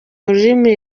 rurimi